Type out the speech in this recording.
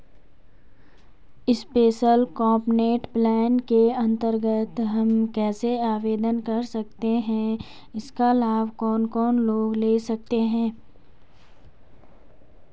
Special component plan के अन्तर्गत हम कैसे आवेदन कर सकते हैं इसका लाभ कौन कौन लोग ले सकते हैं?